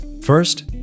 First